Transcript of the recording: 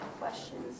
questions